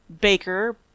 baker